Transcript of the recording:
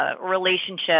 relationship